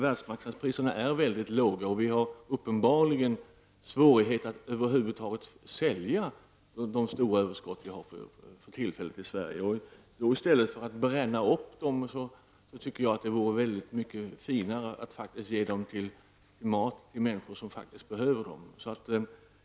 Världsmarknadspriserna är mycket låga, och vi har uppenbarligen svårt att över huvud taget sälja det stora överskott som vi för tillfället har i Sverige. I stället för att bränna upp säd tycker jag att det vore mycket finare att ge det till mat till människor som behöver det.